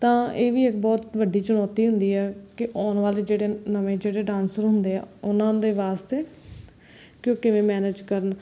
ਤਾਂ ਇਹ ਵੀ ਇੱਕ ਬਹੁਤ ਹੀ ਵੱਡੀ ਚੁਣੌਤੀ ਹੁੰਦੀ ਹੈ ਕਿ ਆਉਣ ਵਾਲੇ ਜਿਹੜੇ ਨਵੇਂ ਜਿਹੜੇ ਡਾਂਸਰ ਹੁੰਦੇ ਆ ਉਨ੍ਹਾਂ ਦੇ ਵਾਸਤੇ ਕਿ ਉਹ ਕਿਵੇਂ ਮੈਨੇਜ ਕਰਨ